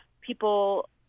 people